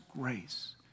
grace